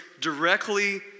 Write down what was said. directly